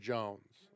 Jones